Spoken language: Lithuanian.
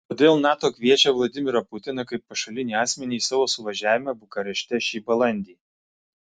kodėl nato kviečia vladimirą putiną kaip pašalinį asmenį į savo suvažiavimą bukarešte šį balandį